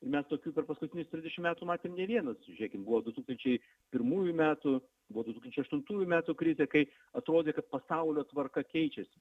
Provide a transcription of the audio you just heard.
mes tokių per paskutinius trisdešim metų matėm ne vienas žiūrėkim buvo du tūkstančiai pirmųjų metų buvo du tūkstančiai aštuntųjų metų krizė kai atrodė kad pasaulio tvarka keičiasi